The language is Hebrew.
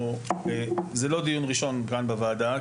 הדיון ראשון שמתקיים בנושא הזה כאן בוועדה,